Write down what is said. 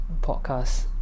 podcast